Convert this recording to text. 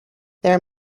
their